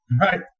Right